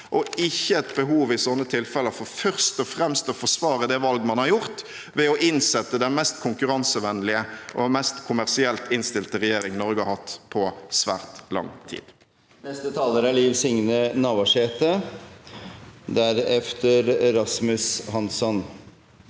og ikke et behov i sånne tilfeller for først og fremst å forsvare det valg man har gjort ved å innsette den mest konkurransevennlige og mest kommersielt innstilte regjering Norge har hatt på svært lang tid. Liv Signe Navarsete (Sp)